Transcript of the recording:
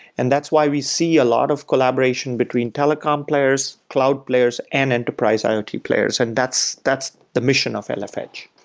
and that's why we see a lot of collaboration between telecom players, cloud players and enterprise iot players, and that's that's the mission of lf edge.